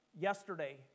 yesterday